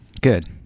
Good